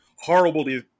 horrible